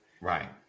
right